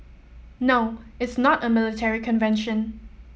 no it's not a military convention